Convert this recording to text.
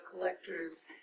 collectors